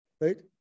right